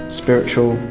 spiritual